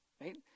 Right